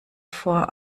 vor